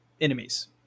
enemies